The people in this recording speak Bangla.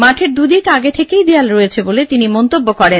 মাঠের দু দিকে আগে থেকেই দেওয়াল রয়েছে বলে তিনি মন্তব্য করেন